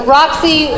Roxy